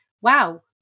wow